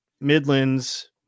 Midlands